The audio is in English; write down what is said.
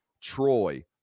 Troy